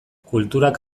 kulturak